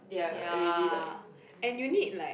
ya and you need like